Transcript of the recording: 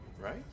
right